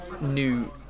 new